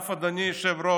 אגב, אדוני היושב-ראש,